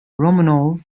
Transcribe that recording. romanov